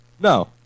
No